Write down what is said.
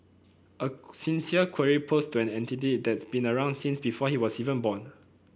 a sincere query posed to an entity that's been around since before he was even born